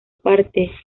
parte